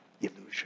illusion